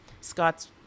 Scott's